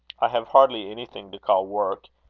i have hardly anything to call work.